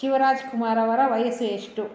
ಶಿವರಾಜ್ ಕುಮಾರವರ ವಯಸ್ಸು ಎಷ್ಟು